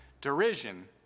derision